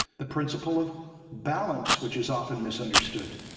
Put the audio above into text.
the principle of balance which is often misunderstood,